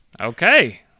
Okay